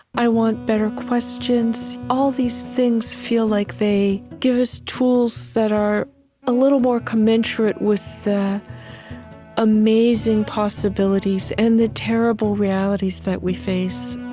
i want better questions. all these things feel like they give us tools that are a little more commensurate with the amazing possibilities and the terrible realities that we face